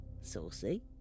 saucy